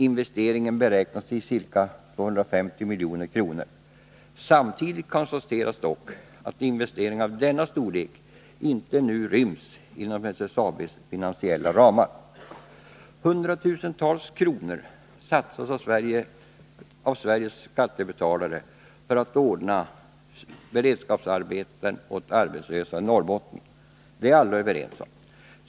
Investeringen beräknas till ca 250 milj.kr.”. Samtidigt konstateras dock att en investering av denna storlek inte nu ryms inom SSAB:s finansiella ramar. Hundratals milj.kr. satsas av Sveriges skattebetalare för att ordna beredskapsarbeten åt arbetslösa i Norrbotten. Detta är alla överens om.